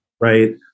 right